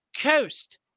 coast